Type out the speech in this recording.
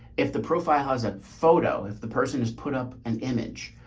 if the profile has a photo, if the person has put up an image,